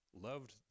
loved